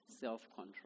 self-control